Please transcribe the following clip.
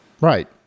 Right